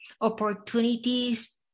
opportunities